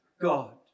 God